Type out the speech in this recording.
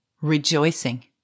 rejoicing